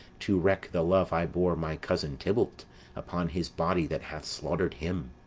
to wreak the love i bore my cousin tybalt upon his body that hath slaughter'd him!